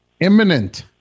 Imminent